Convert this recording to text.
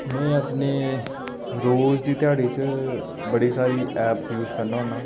में अपने रोज दी ध्याड़ी च बड़ी सारी ऐप्पां यूज करना होन्ना